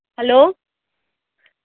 hello